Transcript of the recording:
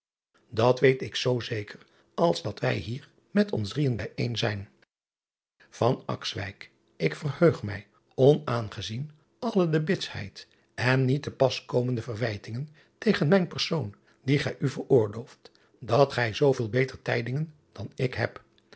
dat weet ik zoo zeker als dat wij hier met ons drieën bijeen zijn k verheug mij onaangezien alle de bitsheid en niet te pas komende verwijtingen tegen mijn persoon die gij u veroorlooft dat gij zooveel beter tijdingen dan ik heb